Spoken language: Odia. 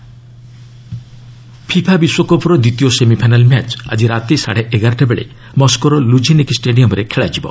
ଫିଫା ବିଶ୍ୱକପ୍ ଫିଫା ବିଶ୍ୱକପ୍ର ଦ୍ୱିତୀୟ ସେମିଫାଇନାଲ ମ୍ୟାଚ୍ ଆକି ରାତି ସାଢ଼େ ଏଗାରଟା ବେଳେ ମସ୍କୋର ଲୁଝନିକି ଷ୍ଟାଡିୟମ୍ରେ ଖେଳାଯିବ